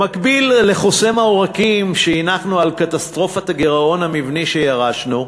במקביל לחוסם העורקים שהנחנו על קטסטרופת הגירעון המבני שירשנו,